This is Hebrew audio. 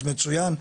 אז מצוין.